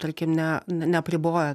tarkim ne neapriboja